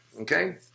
Okay